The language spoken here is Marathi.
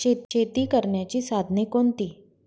शेती करण्याची साधने कोणती?